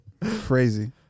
Crazy